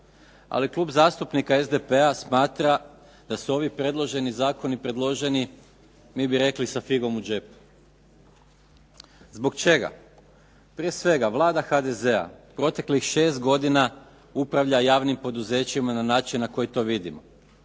ali Klub zastupnika SDP-a smatra da su ovi predloženi zakoni predloženi mi bi rekli sa figom u džepu. Zbog čega? Prije svega, Vlada HDZ-a proteklih šest godina upravlja javnim poduzećima na način na koji to vidimo.